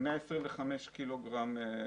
125 קילוגרם.